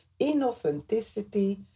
inauthenticity